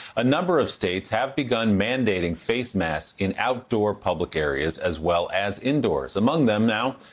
a number of states have begun mandating face masks in outdoor public areas as well as indoors. among them now,